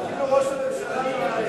אפילו ראש הממשלה בא להצביע,